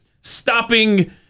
stopping